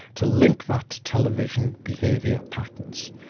to link that to television behaviour patterns.